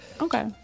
Okay